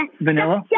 vanilla